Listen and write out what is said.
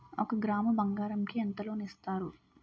ఒక గ్రాము బంగారం కి ఎంత లోన్ ఇస్తారు?